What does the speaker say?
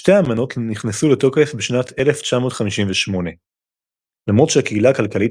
שתי האמנות נכנסו לתוקף בשנת 1958. למרות שהקהילה הכלכלית